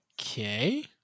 Okay